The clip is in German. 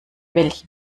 welch